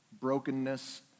brokenness